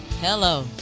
Hello